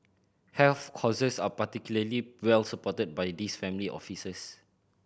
health causes are particularly well supported by these family offices